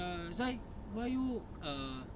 err zai why you err